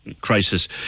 crisis